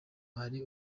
hari